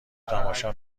تماشا